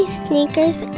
sneakers